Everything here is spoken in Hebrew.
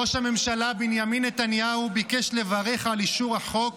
ראש הממשלה בנימין נתניהו ביקש לברך על אישור החוק